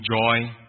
joy